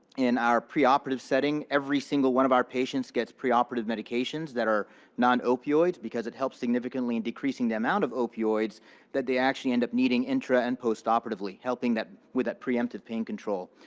in our pre-operative setting, every single one of our patients gets pre-operative medications that are non-opioids because it helps significantly in decreasing the amount of opioids that they actually end up needing intra and post-operatively, helping with that preemptive pain control.